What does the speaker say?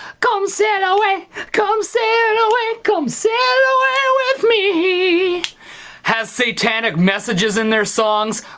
come sail away come sail away come sail away with me. has satanic messages in their songs